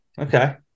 Okay